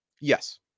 Yes